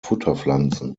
futterpflanzen